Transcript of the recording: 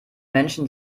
menschen